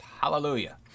Hallelujah